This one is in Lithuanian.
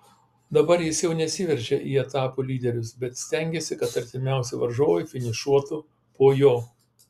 dabar jis jau nesiveržia į etapų lyderius bet stengiasi kad artimiausi varžovai finišuotų po jo